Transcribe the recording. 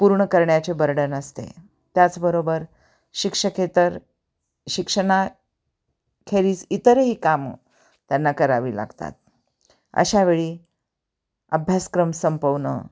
पूर्ण करण्याचे बर्डन असते त्याचबरोबर शिक्षकेतर शिक्षणा खेरीच इतरही कामं त्यांना करावी लागतात अशावेळी अभ्यासक्रम संपवणे